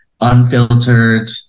unfiltered